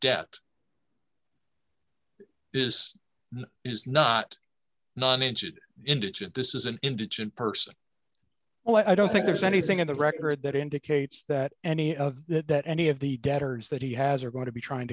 debt is is not a non answer indigent this is an indigent person well i don't think there's anything in the record that indicates that any of that that any of the debtors that he has are going to be trying